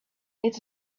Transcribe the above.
its